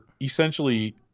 essentially